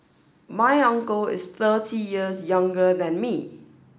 my uncle is thirty years younger than me